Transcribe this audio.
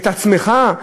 את עצמך,